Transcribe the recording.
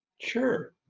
Sure